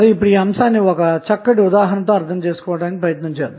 ఇప్పుడు ఈ అంశాన్ని ఒక ఉదాహరణ సహాయంతో అర్థం చేసుకుందాం